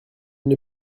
n’ai